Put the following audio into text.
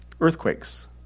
Earthquakes